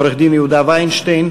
עורך-דין יהודה וינשטיין,